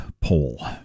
poll